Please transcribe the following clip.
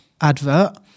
advert